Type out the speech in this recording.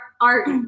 art